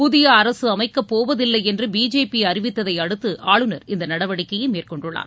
புதிய அரசு அமைக்கப் போவதில்லை என்று பிஜேபி அறிவித்ததை அடுத்து ஆளுநர் இந்த நடவடிக்கையை மேற்கொண்டுள்ளார்